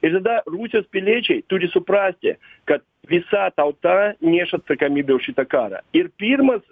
ir tada rusijos piliečiai turi suprasti kad visa tauta neša atsakomybę už šitą karą ir pirmas